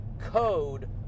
code